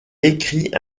écrit